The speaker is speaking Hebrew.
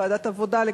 ועדת העבודה,